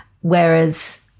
Whereas